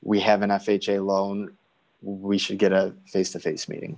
we have an f h a loan we should get a face to face meeting